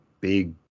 big